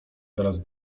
teraz